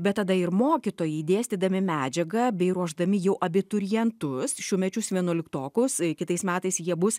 bet tada ir mokytojai dėstydami medžiagą bei ruošdami jau abiturientus šiųmečius vienuoliktokus kitais metais jie bus